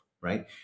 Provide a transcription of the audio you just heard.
Right